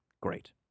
Great